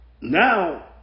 now